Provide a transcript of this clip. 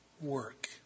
work